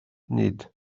nid